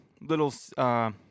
little –